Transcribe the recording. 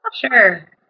Sure